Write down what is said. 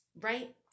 right